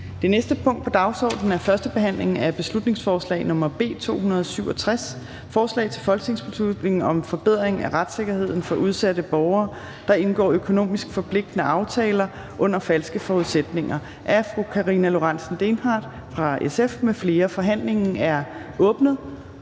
Det næste punkt på dagsordenen er: 9) 1. behandling af beslutningsforslag nr. B 267: Forslag til folketingsbeslutning om forbedring af retssikkerheden for udsatte borgere, der indgår økonomisk forpligtende aftaler under falske forudsætninger. Af Karina Lorentzen Dehnhardt (SF) m.fl. (Fremsættelse